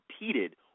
repeated